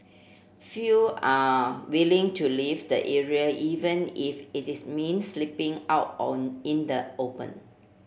few are willing to leave the area even if it is means sleeping out on in the open